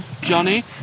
Johnny